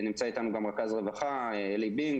נמצא אתנו גם רכז רווחה אלי בין,